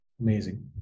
Amazing